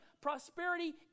Prosperity